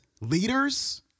leaders